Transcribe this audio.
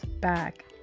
back